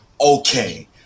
Okay